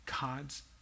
God's